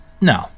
no